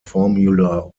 formula